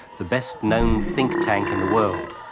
the best known think-tank in the world.